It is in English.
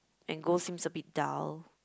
and gold seems a bit dull